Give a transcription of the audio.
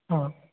ஆ